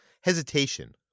hesitation